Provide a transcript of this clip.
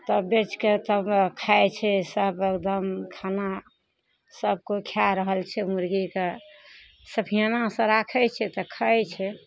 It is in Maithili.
तब बेचके तब खाइ छै सब एकदम खाना सब कोइ खा रहल छै मुर्गीके सफियानासँ राखय छै तऽ खाइ छै